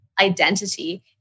identity